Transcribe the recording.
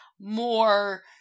more